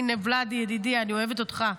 הינה, ולדי, ידידי, אני אוהבת אותך.